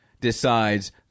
decides